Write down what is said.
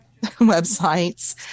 websites